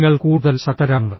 നിങ്ങൾ കൂടുതൽ ശക്തരാണ്